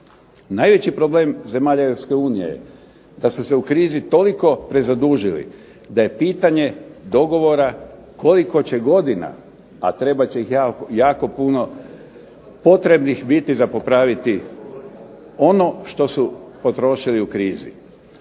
Najveći problem zemalja EU da su se u krizi toliko prezadužili da je pitanje dogovora koliko će godina, a trebat će ih jako puno biti potrebnih za popraviti ono što su potrošili u krizi.